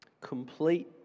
Complete